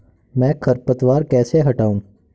मैं खरपतवार कैसे हटाऊं?